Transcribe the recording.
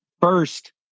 first